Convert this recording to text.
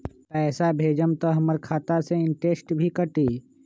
पैसा भेजम त हमर खाता से इनटेशट भी कटी?